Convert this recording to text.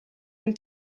ein